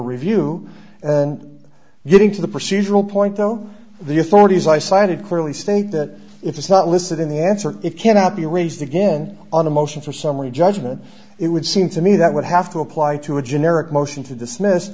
review and getting to the procedural point though the authorities i cited clearly state that if it's not listed in the answer it cannot be raised again on a motion for summary judgment it would seem to me that would have to apply to a generic motion to dismiss